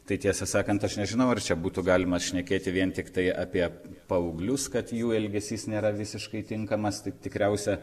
tai tiesą sakant aš nežinau ar būtų galima šnekėti vien tiktai apie paauglius kad jų elgesys nėra visiškai tinkamas tik tikriausia